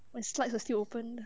my slides are still open